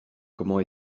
comment